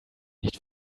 nicht